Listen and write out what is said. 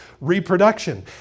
reproduction